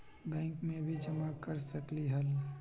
Bank में भी जमा कर सकलीहल?